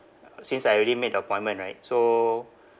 since I already made the appointment right so